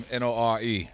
n-o-r-e